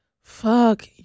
Fuck